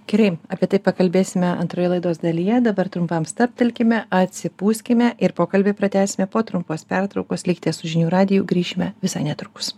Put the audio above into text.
gerai apie tai pakalbėsime antroje laidos dalyje dabar trumpam stabtelkime atsipūskime ir pokalbį pratęsime po trumpos pertraukos likite su žinių radiju grįšime visai netrukus